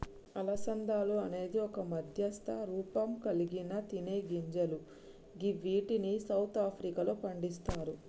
అలసందలు అనేది ఒక మధ్యస్థ రూపంకల్గిన తినేగింజలు గివ్విటిని సౌత్ ఆఫ్రికాలో పండిస్తరు